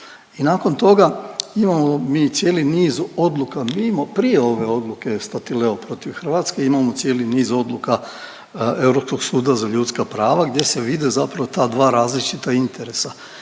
I nakon toga imamo mi cijeli niz odluka mimo prije ove odluke Statileo protiv Hrvatske, imamo cijeli niz odluka Europskog suda za ljudska prava gdje se vide ta dva različita interesa.